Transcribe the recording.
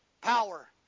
power